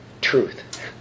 truth